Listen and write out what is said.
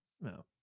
No